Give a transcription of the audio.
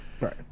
Right